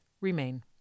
remain